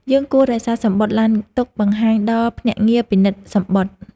យើងគួររក្សាសំបុត្រឡានទុកបង្ហាញដល់ភ្នាក់ងារពិនិត្យសំបុត្រ។